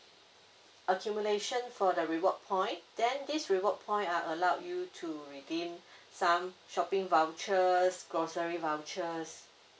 accumulation for the reward point then this reward point are allowed you to redeem some shopping vouchers grocery vouchers